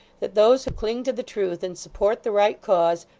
that those who cling to the truth and support the right cause,